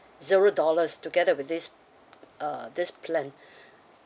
zero dollars together with this uh this plan